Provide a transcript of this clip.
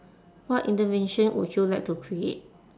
what intervention would you like to create